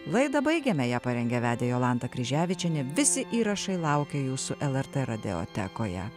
laidą baigiame ją parengė vedė jolanta kryževičienė visi įrašai laukia jūsų lrt radiotekoje